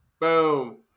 boom